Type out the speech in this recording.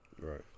Right